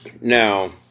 Now